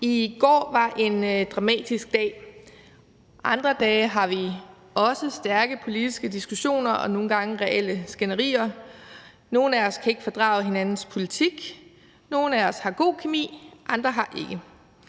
I går var en dramatisk dag. Andre dage har vi også stærke politiske diskussioner og nogle gange reelle skænderier. Nogle af os kan ikke fordrage hinandens politik, nogle af os har god kemi, andre har ikke.